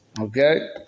Okay